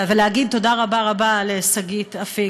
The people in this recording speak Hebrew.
ולהגיד תודה רבה רבה לשגית אפיק,